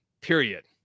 period